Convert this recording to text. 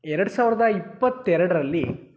ಎರಡು ಸಾವಿರದ ಇಪ್ಪತ್ತೆರಡರಲ್ಲಿ